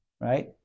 Right